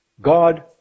God